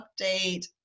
update